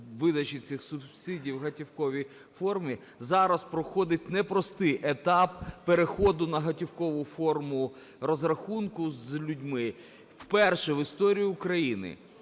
видачі цих субсидій у готівковій формі. Зараз проходить непростий етап переходу на готівкову форму розрахунку з людьми. Вперше в історії України